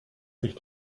sich